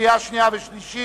קריאה שנייה וקריאה שלישית.